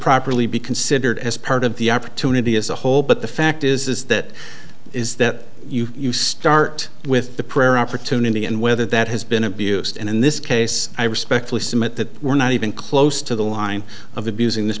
properly be considered as part of the opportunity as a whole but the fact is that is that you start with the prayer opportunity and whether that has been abused and in this case i respectfully submit that we're not even close to the line of abusing this